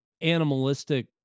animalistic